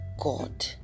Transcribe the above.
God